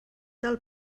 del